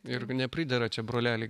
ir nepridera čia broleli